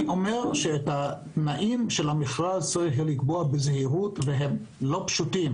אני אומר שאת התנאים של המכרז צריך לקבוע בזהירות והם לא פשוטים.